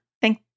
Thank